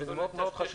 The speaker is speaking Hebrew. מאוד חשוב